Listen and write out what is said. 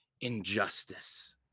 injustice